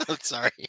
sorry